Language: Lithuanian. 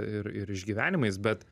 ir ir išgyvenimais bet